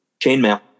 Chainmail